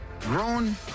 Grown